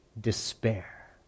despair